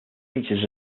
features